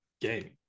game